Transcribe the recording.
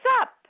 up